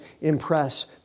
impress